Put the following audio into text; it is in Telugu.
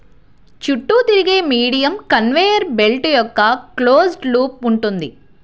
చుట్టూ తిరిగే మీడియం కన్వేయర్ బెల్ట్ యొక్క క్లోజ్డ్ లూప్ ఉంటుంది